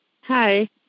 Hi